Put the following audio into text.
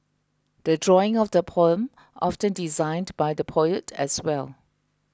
the drawing of the poem often designed by the poet as well